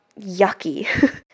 yucky